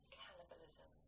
cannibalism